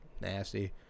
nasty